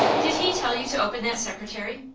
did he tell you to open that secretary?